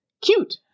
cute